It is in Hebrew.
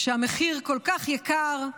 כשהמחיר כל כך יקר,